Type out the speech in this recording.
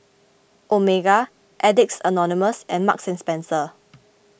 Omega Addicts Anonymous and Marks and Spencer